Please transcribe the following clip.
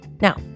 Now